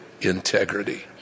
integrity